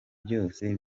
byose